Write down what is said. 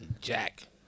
Jack